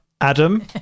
Adam